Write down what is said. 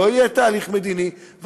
לא יהיה תהליך מדיני.